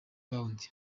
fund